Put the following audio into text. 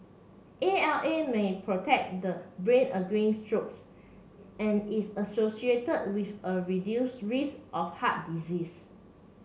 A L A may protect the brain against strokes and is associate with a reduced risk of heart disease